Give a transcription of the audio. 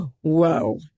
whoa